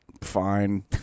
fine